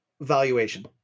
valuation